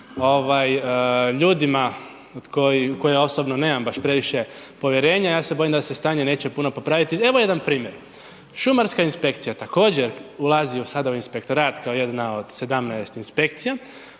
kojih, od kojih ja osobno nemam baš previše povjerenja, ja se bojim se stanje neće puno popraviti. Evo jedan primjer, šumarska inspekcija također ulazi sada u inspektorat kao jedna od 17 inspekcija